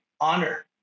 honor